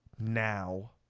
now